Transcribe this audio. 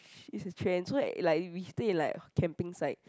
it's the trend so that like when we stayed like camping site